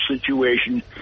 situation